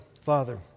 Father